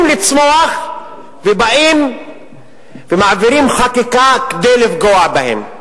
לצמוח ובאים ומעבירים חקיקה כדי לפגוע בהם.